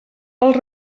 els